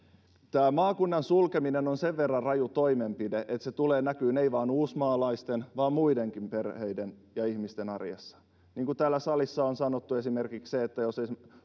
tämä maakunnan sulkeminen on sen verran raju toimenpide että se tulee näkymään ei vain uusmaalaisten vaan muidenkin perheiden ja ihmisten arjessa niin kuin täällä salissa on sanottu esimerkiksi siinä jos